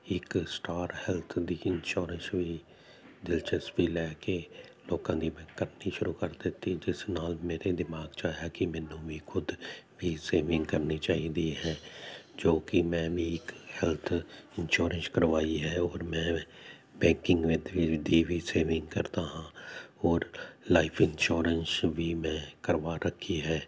ਇੱਕ Star Health ਦੀ insurance ਵੀ ਦਿਲਚਸਪੀ ਲੈ ਕੇ ਲੋਕਾਂ ਦੀ ਮੈਂ ਕਰਨੀ ਸ਼ੁਰੂ ਕਰ ਦਿੱਤੀ ਜਿਸ ਨਾਲ ਮੇਰੇ ਦਿਮਾਗ 'ਚ ਆਇਆ ਹੈ ਕਿ ਮੈਨੂੰ ਵੀ ਖੁਦ ਵੀ ਸੇਵਿੰਗ ਕਰਨੀ ਚਾਹੀਦੀ ਹੈ ਜੋ ਕਿ ਮੈਂ ਵੀ ਇੱਕ ਹੈਲਥ ਇੰਸ਼ੋਰੈਂਸ ਕਰਵਾਈ ਹੈ ਔਰ ਮੈਂ ਬੈਂਕਿੰਗ ਵਿੱਚ ਦੀ ਵੀ ਸੇਵਿੰਗ ਕਰਦਾ ਹਾਂ ਔਰ ਲਾਈਫ ਇਨਸ਼ੋਰੈਂਸ਼ ਵੀ ਮੈਂ ਕਰਵਾ ਰੱਖੀ ਹੈ